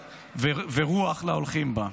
ורוח להלכים בה",